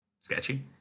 Sketchy